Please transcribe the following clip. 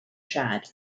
chad